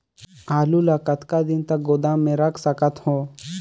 आलू ल कतका दिन तक गोदाम मे रख सकथ हों?